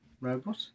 Robot